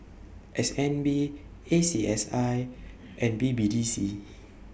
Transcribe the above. S N B A C S I and B B D C